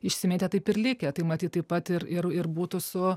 išsimėtę taip ir likę tai matyt taip pat ir ir ir būtų su